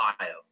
Ohio